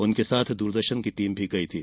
उनके साथ दूरदर्शन की टीम भी गयी थी